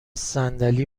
صندلی